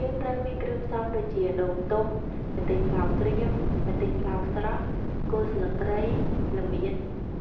យើងត្រូវមានគ្រឿងផ្សំដូចជា ដូងទុំ ម្ទេសប្លោកក្រៀម ម្ទេសប្លោកស្រស់ គល់ស្លឹកគ្រៃ ល្មៀត